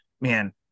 man